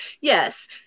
yes